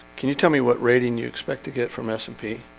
can you tell me what rating you expect to get from s and p?